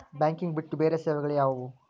Banking ಬಿಟ್ಟು ಬೇರೆ ಸೇವೆಗಳು ಯಾವುವು?